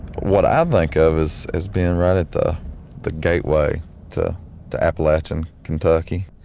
what i think of as as being right at the the gateway to to appalachian kentucky.